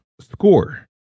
score